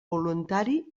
voluntari